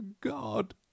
God